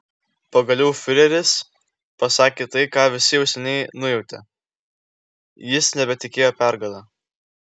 pagaliau fiureris pasakė tai ką visi jau seniai nujautė jis nebetikėjo pergale